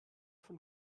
von